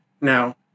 Now